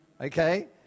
Okay